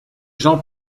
gens